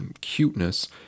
cuteness